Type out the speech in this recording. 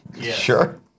Sure